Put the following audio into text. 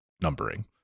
numbering